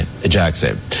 Jackson